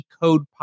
Code